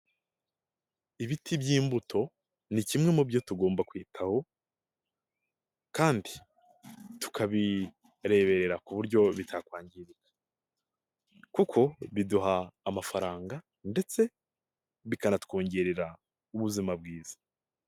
Ibiti by'imbuto ni kimwe mu byo tugomba kwitaho kandi tukabireberera ku buryo bitakwangirika kuko biduha amafaranga ndetse bikanatwongerera ubuzima bwiza.